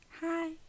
hi